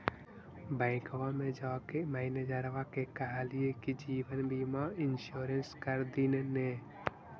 बैंकवा मे जाके मैनेजरवा के कहलिऐ कि जिवनबिमा इंश्योरेंस कर दिन ने?